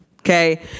Okay